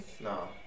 No